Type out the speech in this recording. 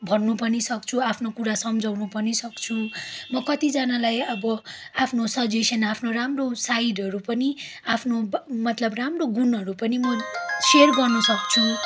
भन्न पनि सक्छु आफ्नो कुरा सम्झाउन पनि सक्छु म कतिजनालाई अब आफ्नो सजेसन आफ्नो राम्रो साइडहरू पनि आफ्नो बा मतलब राम्रो गुणहरू म सेयर गर्नसक्छु